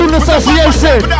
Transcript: association